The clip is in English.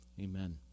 amen